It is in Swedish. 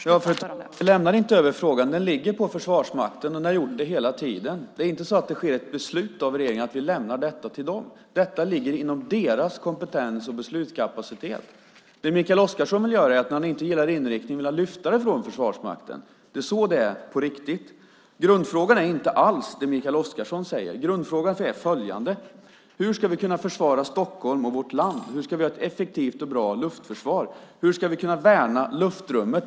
Fru talman! Vi lämnar inte över frågan. Den ligger på Försvarsmakten, och den har gjort det hela tiden. Det är inte så att det sker ett beslut av regeringen att vi lämnar detta till dem. Detta ligger inom deras kompetens och beslutskapacitet. Det Mikael Oscarsson vill göra är att när han inte gillar inriktningen vill han lyfta frågan från Försvarsmakten. Det är så det är på riktigt. Grundfrågan är inte alls det Mikael Oscarsson säger. Grundfrågan är följande: Hur ska vi kunna försvara Stockholm och vårt land? Hur ska vi kunna ha ett effektivt och bra luftförsvar? Hur ska vi kunna värna luftrummet?